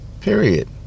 Period